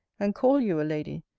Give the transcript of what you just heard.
and call you a lady,